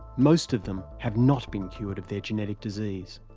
most of them have not been cured of their genetic disease.